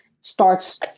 starts